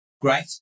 Great